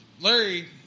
Larry